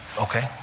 okay